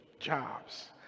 jobs